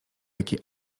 jaki